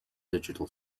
digital